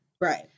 right